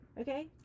Okay